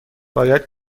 باید